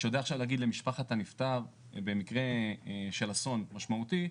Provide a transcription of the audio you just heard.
שיודע עכשיו להגיד למשפחת הנפטר במקרה של אסון משמעותי,